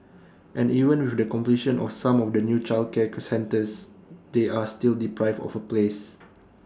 and even with the completion of some of the new childcare centres they are still deprived of A place